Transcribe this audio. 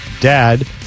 dad